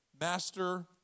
master